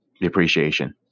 depreciation